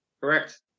Correct